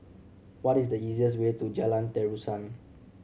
what is the easiest way to Jalan Terusan